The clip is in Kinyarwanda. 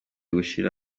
gushira